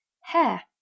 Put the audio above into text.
Hair